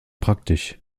praktisch